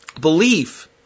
belief